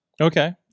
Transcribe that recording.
Okay